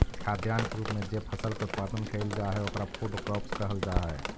खाद्यान्न के रूप में जे फसल के उत्पादन कैइल जा हई ओकरा फूड क्रॉप्स कहल जा हई